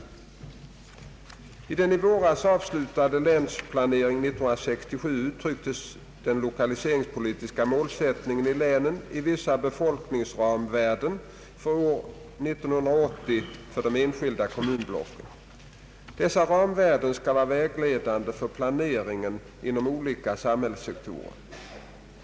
I den i våras avslutade länsplanering 1967 uttrycktes den lokaliseringspolitiska målsättningen i länen i vissa befolkningsramvärden för år 1980 för de skilda kommunblocken. Dessa ramvärden skall vara vägledande för planeringen inom olika samhällssektorer.